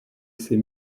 ces